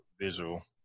visual